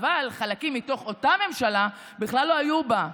אבל חלקים מתוך אותה ממשלה בכלל לא היו בה.